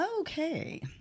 Okay